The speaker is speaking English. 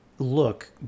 look